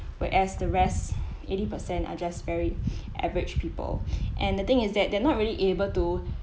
where as the rest eighty percent are just very average people and the thing is that they're not really able to